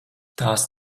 tās